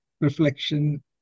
reflection